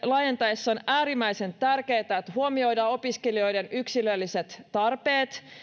laajennettaessa on äärimmäisen tärkeätä että huomioidaan opiskelijoiden yksilölliset tarpeet